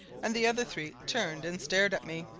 and the other three turned and stared at me.